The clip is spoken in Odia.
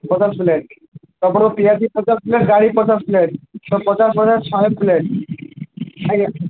ପଚାଶ ପ୍ଲେଟ୍ ଆପଣଙ୍କ ପିଆଜି ପଚାଶ ପ୍ଲେଟ୍ ପଚାଶ ପ୍ଲେଟ୍ ପଚାଶ ପଚାଶ ଶହେ ପ୍ଲେଟ୍ ଆଜ୍ଞା